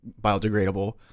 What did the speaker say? biodegradable